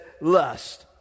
lust